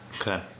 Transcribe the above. Okay